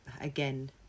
again